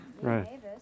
Right